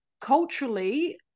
Culturally